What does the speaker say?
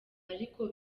ariko